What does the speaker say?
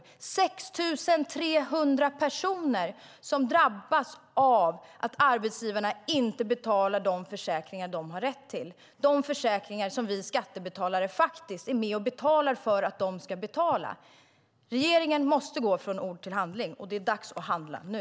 Det är 6 300 personer som drabbas av att arbetsgivarna inte betalar de försäkringar arbetstagarna har rätt till. Det är de försäkringar som vi skattebetalare är med och betalar. Regeringen måste gå från ord till handling. Det är dags att handla nu.